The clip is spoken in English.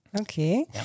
Okay